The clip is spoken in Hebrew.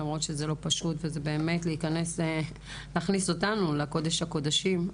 למרות שזה לא פשוט וזה באמת להכניס אותנו לקודש הקודשים,